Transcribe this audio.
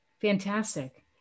Fantastic